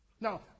Now